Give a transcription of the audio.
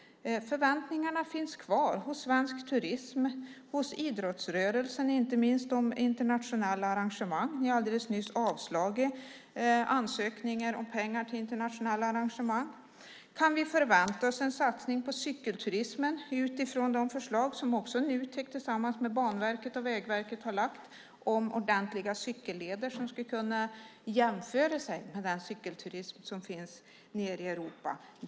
Förväntningarna finns kvar hos svensk turism och inte minst hos idrottsrörelsen. Ni har alldeles nyss avslagit ansökningar om pengar till internationella arrangemang. Kan vi förvänta oss en satsning på cykelturismen utifrån de förslag som Nutek tillsammans med Banverket och Vägverket har lagt fram om ordentliga cykelleder som skulle kunna jämföras med dem som finns i Europa?